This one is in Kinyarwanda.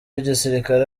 w’igisirikare